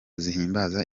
zihimbaza